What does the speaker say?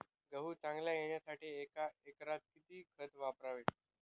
गहू चांगला येण्यासाठी एका एकरात किती खत वापरावे?